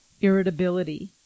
irritability